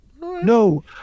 no